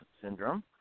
syndrome